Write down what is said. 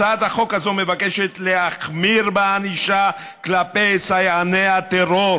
הצעת החוק הזאת מבקשת להחמיר בענישה כלפי סייעני הטרור